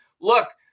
look